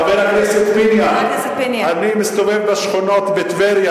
חבר הכנסת פיניאן: אני מסתובב בשכונות בטבריה,